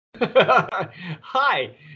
Hi